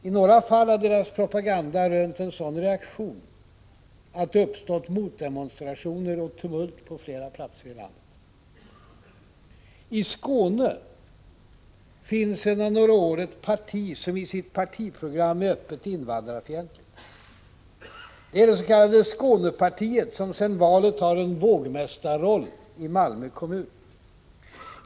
I några fall har deras propaganda rönt en sådan reaktion att det uppstått motdemonstrationer och tumult på flera platser i landet. I Skåne finns det sedan några år tillbaka ett parti som i sitt partiprogram är öppet invandrarfientligt. Det är det s.k. Skånepartiet, som nu efter valet har en vågmästarroll i Malmö kommun.